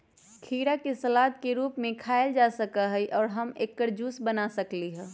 खीरा के सलाद के रूप में खायल जा सकलई ह आ हम एकर जूस बना सकली ह